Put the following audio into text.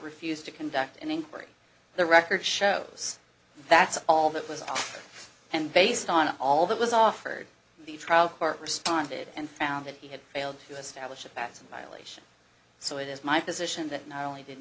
refused to conduct an inquiry the record shows that's all that was and based on all that was offered the trial court responded and found that he had failed to establish a bad relationship so it is my position that not only did